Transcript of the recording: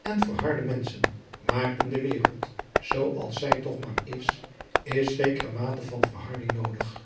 en verharde menschen maar in de wereld zoo als zij toch maar is adriaan loosjes pzn het leven van hillegonda buisman is zekere mate van verharding noodig